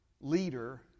leader